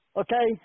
okay